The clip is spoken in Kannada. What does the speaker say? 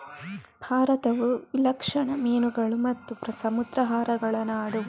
ಭಾರತವು ವಿಲಕ್ಷಣ ಮೀನುಗಳು ಮತ್ತು ಸಮುದ್ರಾಹಾರಗಳ ನಾಡು